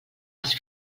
els